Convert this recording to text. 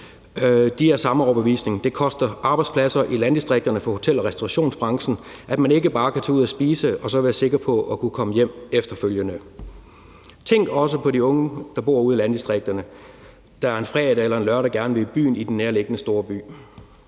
er af samme overbevisning, nemlig at det koster arbejdspladser i landdistrikterne for hotel- og restaurationsbranchen, at man ikke bare kan tage ud at spise og så være sikker på at kunne komme hjem efterfølgende. Tænk også på de unge, der bor ude i landdistrikterne, og som en fredag eller lørdag gerne vil i byen i den nærliggende storby.